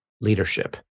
leadership